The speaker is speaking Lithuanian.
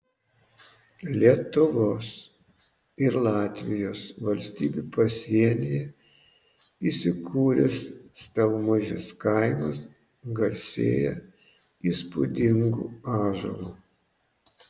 lietuvos ir latvijos valstybių pasienyje įsikūręs stelmužės kaimas garsėja įspūdingu ąžuolu